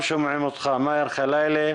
ח'ליליה,